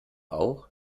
auch